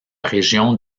région